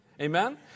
Amen